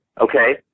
Okay